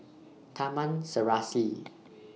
Taman Serasi